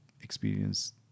experience